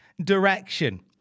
direction